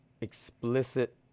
explicit